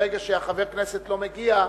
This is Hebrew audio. ברגע שחבר כנסת לא מגיע,